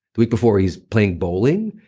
the week before, he's playing bowling,